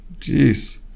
Jeez